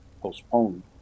postponed